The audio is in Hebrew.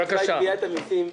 מבחינת גביית המסים,